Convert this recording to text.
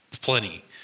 plenty